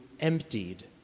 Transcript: emptied